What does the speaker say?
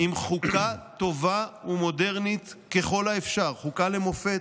עם חוקה טובה ומודרנית ככל האפשר, "חוקה למופת",